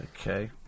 Okay